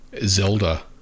Zelda